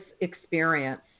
experience